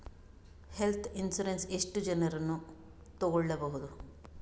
Health insurance ಎಷ್ಟು ಜನರನ್ನು ತಗೊಳ್ಬಹುದು?